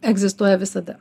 egzistuoja visada